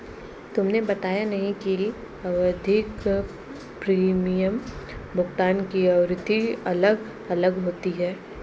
तुमने बताया नहीं कि आवधिक प्रीमियम भुगतान की आवृत्ति अलग अलग होती है